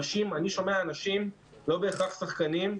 אני שומע אנשים, לא בהכרח שחקנים,